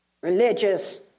Religious